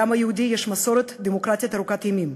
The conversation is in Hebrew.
לעם היהודי יש מסורת דמוקרטית ארוכת ימים,